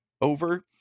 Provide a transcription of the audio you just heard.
over